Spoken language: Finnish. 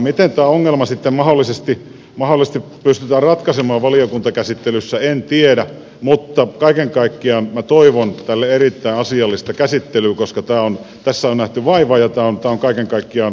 miten tämä ongelma sitten mahdollisesti pystytään ratkaisemaan valiokuntakäsittelyssä en tiedä mutta kaiken kaikkiaan minä toivon tälle erittäin asiallista käsittelyä koska tässä on nähty vaivaa ja tämä on kaiken kaikkiaan hyvin laadittu